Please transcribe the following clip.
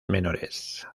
menores